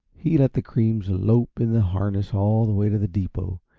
he let the creams lope in the harness all the way to the depot,